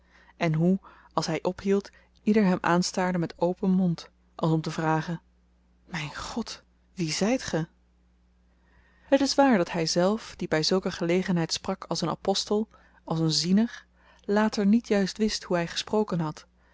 en hoe als hy ophield ieder hem aanstaarde met open mond als om te vragen myn god wie zyt ge het is waar dat hyzelf die by zulke gelegenheid sprak als een apostel als een ziener later niet juist wist hoe hy gesproken had